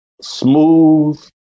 smooth